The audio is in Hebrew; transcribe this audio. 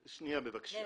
נהרגו.